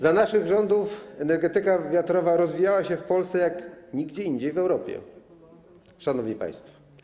Za naszych rządów energetyka wiatrowa rozwijała się w Polsce jak nigdzie indziej w Europie, szanowni państwo.